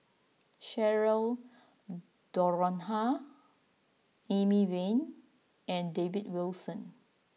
Cheryl Noronha Amy Van and David Wilson